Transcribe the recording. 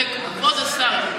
כבוד השר,